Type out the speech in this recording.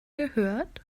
gehört